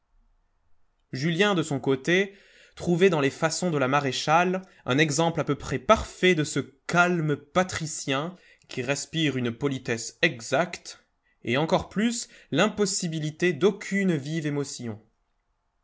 julien de son côté trouvait dans les façons de la maréchale un exemple à peu près parfait de ce calme patricien qui respire une politesse exacte et encore plus l'impossibilité d'aucune vive émotion